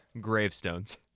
gravestones